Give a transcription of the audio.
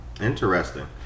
interesting